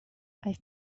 have